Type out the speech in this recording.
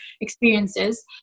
experiences